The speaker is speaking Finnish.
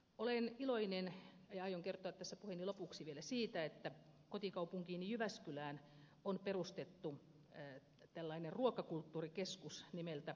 olen iloinen ja aion kertoa tässä puheeni lopuksi vielä siitä että kotikaupunkiini jyväskylään on perustettu ruokakulttuurikeskus nimeltä raparperi